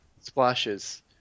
splashes